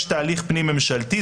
יש תהליך פנים ממשלתי,